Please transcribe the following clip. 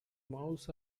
mouse